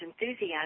enthusiasm